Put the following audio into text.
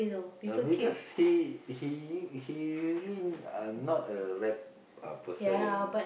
uh because he he he usually uh not a rap uh person